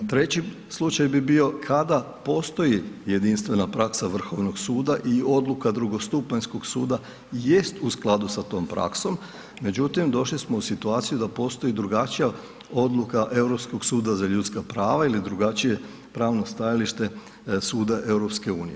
Treći slučaj bi bio kada postoji jedinstvena praksa Vrhovnog suda i odluka drugostupanjskog suda jest u skladu sa tom praksom, međutim došli smo u situaciju da postoji drugačija odluka Europskog suda za ljudska prava ili drugačije pravno stajalište Suda EU.